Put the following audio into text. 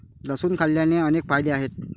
लसूण खाण्याचे अनेक फायदे आहेत